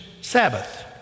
Sabbath